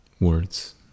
words